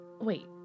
Wait